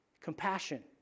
Compassion